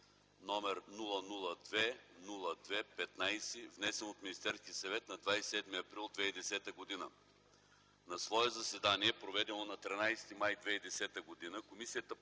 № 002-02-15, внесен от Министерския съвет на 27 април 2010 г. На свое заседание, проведено на 13 май 2010 г., Комисията